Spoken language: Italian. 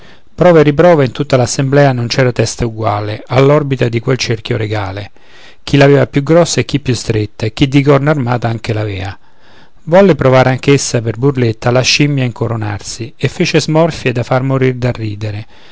riprova in tutta l'assemblea non c'era testa eguale all'orbita di quel cerchio regale chi l'aveva più grossa e chi più stretta e chi di corna armata anche l'avea volle provare anch'essa per burletta la scimmia a incoronarsi e fece smorfie da far morir del ridere